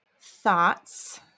Thoughts